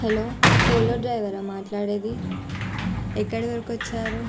hello Ola డ్రైవరా మాట్లాడేది ఎక్కడి వరకి వచ్చారు